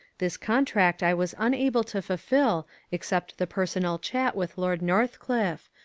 this contract i was unable to fulfil except the personal chat with lord northcliffe,